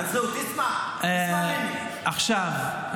מנסור, מנסור, אסמע, אסמע מני.